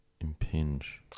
impinge